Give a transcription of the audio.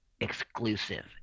exclusive